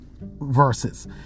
verses